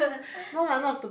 no ah not stup~